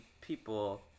people